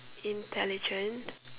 intelligent